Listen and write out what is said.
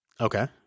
Okay